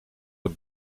het